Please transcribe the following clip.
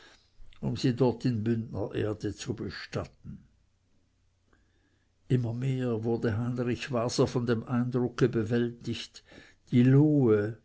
um sie dort in bündnererde zu bestatten immer mehr wurde heinrich waser von dem eindrucke bewältigt die lohe